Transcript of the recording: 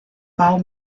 bau